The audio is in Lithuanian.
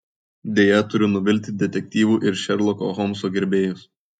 deja turiu nuvilti detektyvų ir šerloko holmso gerbėjus